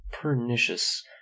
pernicious